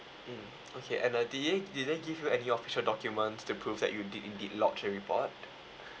mm okay and uh did they did they give you any official documents to prove that you did indeed lodge a report